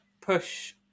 push